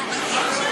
אסכים,